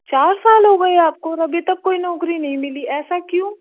चार साल हो गए आपको और अभी तक कोई नौकरी नहीं मिली ऐसा क्यों